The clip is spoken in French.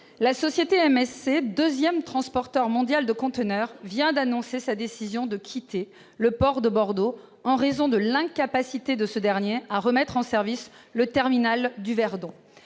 La société MSC, deuxième transporteur mondial de conteneurs, vient d'annoncer sa décision de quitter le port de Bordeaux, en raison de l'incapacité de ce dernier à remettre en service le terminal du Verdon